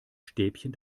stäbchen